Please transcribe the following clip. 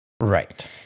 Right